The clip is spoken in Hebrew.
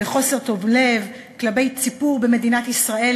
בחוסר תום לב כלפי ציבור במדינת ישראל,